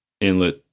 inlet